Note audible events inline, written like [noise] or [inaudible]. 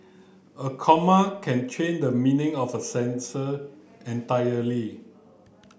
a comma can change the meaning of a [unintelligible] entirely